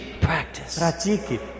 Practice